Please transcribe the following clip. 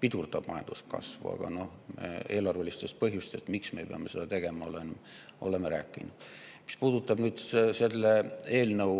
pidurdab majanduskasvu. Aga noh, eelarvelistest põhjustest, mille tõttu me peame seda tegema, oleme rääkinud. Mis puudutab nüüd selle eelnõu